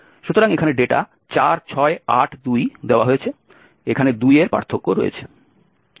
সুতরাং এখানে ডেটা 4 6 8 2 দেওয়া হয়েছে এখানে 2 এর পার্থক্য রয়েছে